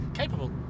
capable